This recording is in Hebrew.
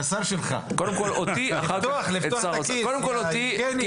קודם כול אותי קיבלת.